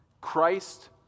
Christ